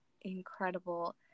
incredible